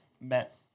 met